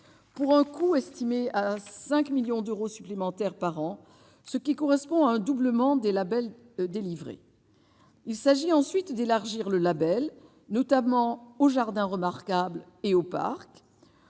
Pour un coût estimé à 5 millions d'euros supplémentaires par an, ce qui correspond à un doublement des labels délivrés, il s'agit ensuite d'élargir le Label notamment aux jardins remarquables et au parc